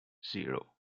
zero